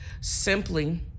simply